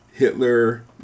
Hitler